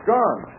Gone